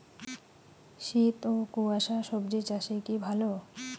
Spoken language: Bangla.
শীত ও কুয়াশা স্বজি চাষে কি ভালো?